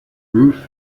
ruth